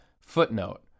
Footnote